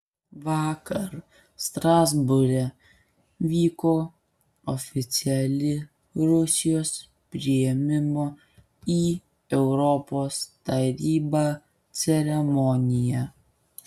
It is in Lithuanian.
vakar strasbūre vyko oficiali rusijos priėmimo į europos tarybą ceremonija